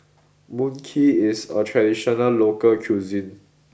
Mui Kee is a traditional local cuisine